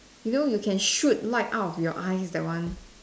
you know you can shoot light out of your eyes that one